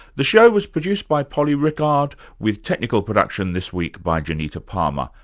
the show was produced by polly rickard with technical production this week by janita palmer.